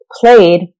played